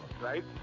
right